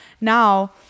Now